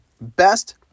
best